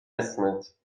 اسمت